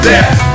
Death